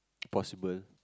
possible